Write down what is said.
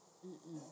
um um